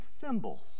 symbols